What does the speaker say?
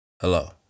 Hello